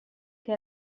che